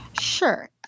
Sure